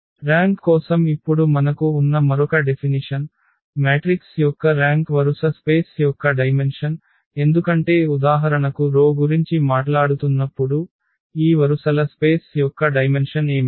rank కోసం ఇప్పుడు మనకు ఉన్న మరొక డెఫినిషన్ మ్యాట్రిక్స్ యొక్క ర్యాంక్ వరుస స్పేస్ యొక్క డైమెన్షన్ ఎందుకంటే ఉదాహరణకు రో గురించి మాట్లాడుతున్నప్పుడు ఈ వరుసల స్పేస్ యొక్క డైమెన్షన్ ఏమిటి